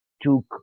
took